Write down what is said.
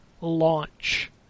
launch